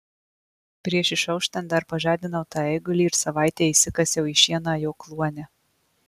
prieš išauštant dar pažadinau tą eigulį ir savaitei įsikasiau į šieną jo kluone